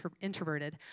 introverted